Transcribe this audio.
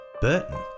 burton